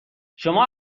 شما